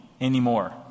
anymore